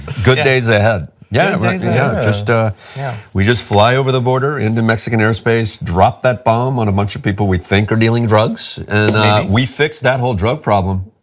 good days ahead. yeah yeah ah yeah we just fly over the border into mexican airspace, dropped that bomb on a bunch of people we think are dealing drugs, and we fix that whole drug problem.